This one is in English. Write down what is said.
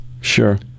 Sure